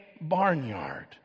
barnyard